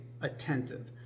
attentive